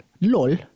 Lol